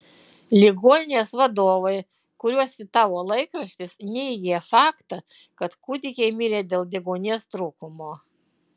ligoninės vadovai kuriuos citavo laikraštis neigė faktą kad kūdikiai mirė dėl deguonies trūkumo